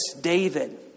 David